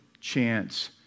chance